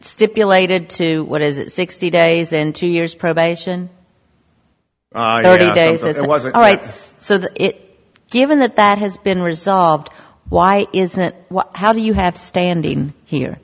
stipulated to what is it sixty days in two years probation ok so it wasn't all right so that it given that that has been resolved why isn't how do you have standing here